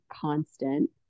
constant